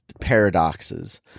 paradoxes